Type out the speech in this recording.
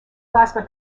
plasma